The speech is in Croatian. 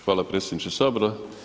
Hvala predsjedniče Sabora.